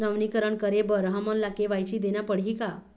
नवीनीकरण करे बर हमन ला के.वाई.सी देना पड़ही का?